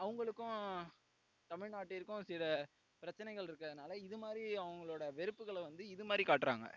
அவங்களுக்கும் தமிழ்நாட்டிற்கும் சில பிரச்சனைகள் இருக்கிறதுனால இது மாதிரி அவங்களோட வெறுப்புகளை வந்து இது மாதிரி காட்டுறாங்க